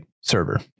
server